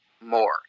more